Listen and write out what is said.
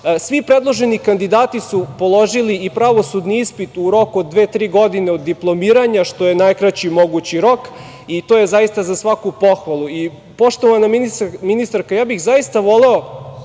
predloženi kandidati su položili i pravosudni ispit u roku od dve, tri godine od diplomiranja, što je najkraći mogući rok i to je zaista za svaku pohvalu. Poštovana ministarka, ja bih zaista voleo